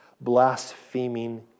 blaspheming